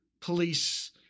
police